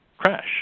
Crash